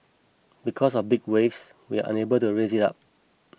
because of big waves we unable to raise it up